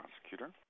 prosecutor